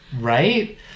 Right